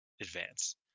advance